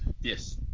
yes